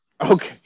Okay